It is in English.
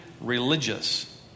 religious